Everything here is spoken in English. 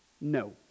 No